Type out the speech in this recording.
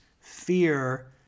fear